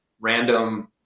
random